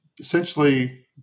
essentially